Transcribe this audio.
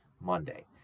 Monday